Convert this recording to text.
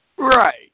Right